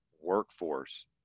workforce